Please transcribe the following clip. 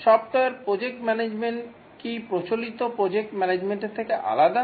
software project management কি প্রচলিত project management থেকে আলাদা